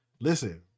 Listen